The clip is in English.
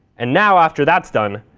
and now, after that's done,